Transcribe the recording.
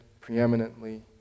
preeminently